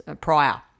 prior